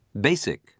Basic